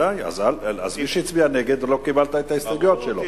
אז מי שיצביע נגד, לא קיבלת את ההסתייגויות שלו.